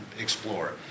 explore